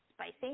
spicy